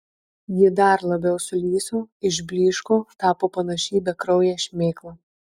ji dar labiau sulyso išblyško tapo panaši į bekrauję šmėklą